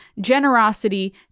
generosity